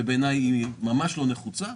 שבעיניי היא ממש לא נחוצה.